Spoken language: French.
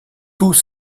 tous